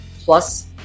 plus